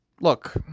look